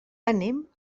anem